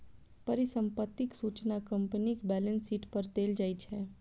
परिसंपत्तिक सूचना कंपनीक बैलेंस शीट पर देल जाइ छै